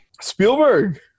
spielberg